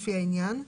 לפי העניין,